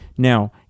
Now